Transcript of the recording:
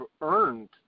earned